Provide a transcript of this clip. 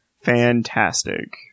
fantastic